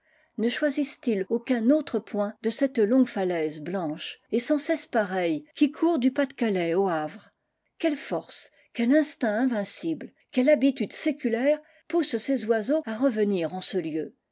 ne choisissent ils aucun autre point de cette longue falaise blanche et sans cesse pareille qui court du pas-de-calais au havre quelle force quel instinct invincible quelle habitude séculaire poussent ces oiseaux à revenir en ce lieu